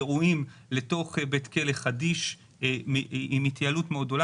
ורעועים לתוך בית כלא חדיש עם התייעלות מאוד גדולה.